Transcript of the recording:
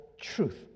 truth